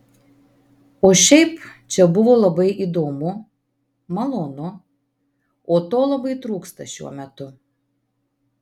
o šiaip čia buvo labai įdomu malonu o to labai trūksta šiuo metu